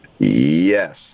Yes